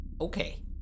Okay